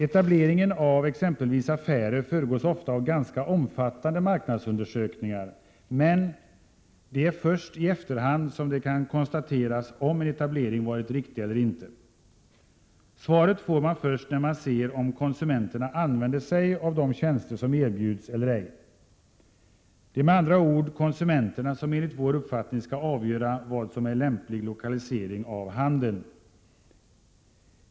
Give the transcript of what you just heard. Etableringar av exempelvis affärer föregås ofta av ganska omfattande marknadsundersökningar, men det är först i efterhand som det kan konstateras om en etablering varit riktig eller inte. Svaret får man först när man ser om konsumenterna använder sig av de tjänster som erbjuds eller ej. Det är med andra ord konsumenterna som enligt vår uppfattning skall avgöra vad som är lämplig lokalisering av handeln.